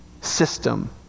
system